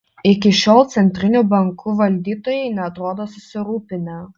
iki šiol centrinių bankų valdytojai neatrodo susirūpinę